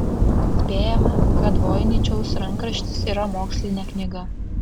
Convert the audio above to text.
spėjama kad voiničiaus rankraštis yra mokslinė knyga